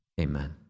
Amen